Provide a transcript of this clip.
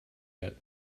yet